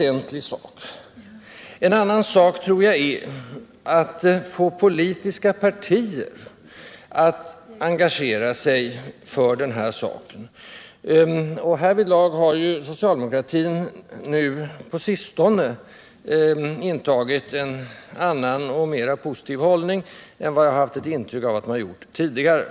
En annan sak är att få de politiska partierna att engagera sig för den här frågan. Härvidlag har ju socialdemokratin på sistone intagit en annan och mera positiv hållning än vad jag haft ett intryck av att den gjort tidigare.